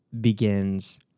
begins